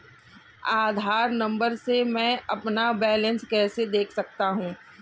आधार number से मैं अपना बैलेंस कैसे देख सकता हूँ?